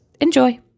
Enjoy